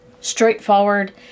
straightforward